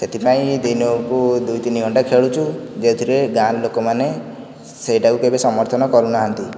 ସେଥିପାଇଁ ଦିନକୁ ଦୁଇ ତିନି ଘଣ୍ଟା ଖେଳୁଛୁ ଯେଉଁଥିରେ ଗାଁ ଲୋକମାନେ ସେଇଟାକୁ କେବେ ସମର୍ଥନ କରୁନାହାଁନ୍ତି